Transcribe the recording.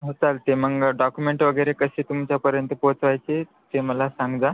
हो चालते मग डॉक्युमेंट वगैरे कसे तुमच्यापर्यंत पोचवायचे ते मला सांगा